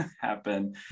happen